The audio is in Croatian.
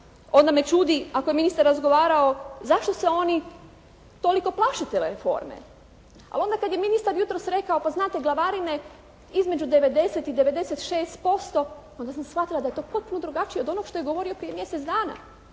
onda me čudi ako je ministar razgovarao zašto se oni toliko plaše te reforme. Ali onda kad je ministar jutros rekao, pa znate glavarine između 90 i 96% onda sam shvatila da je to potpuno drugačije od onoga što je govorio prije mjesec dana.